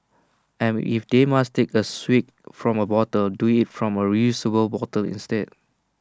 and if they must take A swig from A bottle do IT from A reusable bottle instead